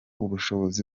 ubushobozi